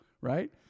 right